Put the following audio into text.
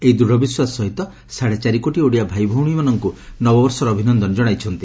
ଏହି ଦୃଢ଼ ବିଶ୍ୱାସ ସହିତ ସାଢ଼େ ଚାରିକୋଟି ଓଡ଼ିଆ ଭାଇଭଉଣୀମାନଙ୍କୁ ନବବର୍ଷର ଅଭିନନ୍ଦନ ଜଶାଇଛନ୍ତି